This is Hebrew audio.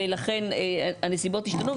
והנסיבות התשנו,